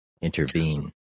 intervene